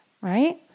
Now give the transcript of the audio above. right